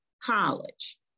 college